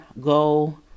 go